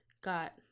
got